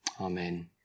Amen